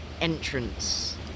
entrance